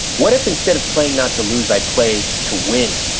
what if instead of playing not to lose, i play to win?